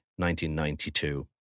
1992